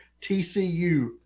TCU